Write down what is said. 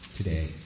today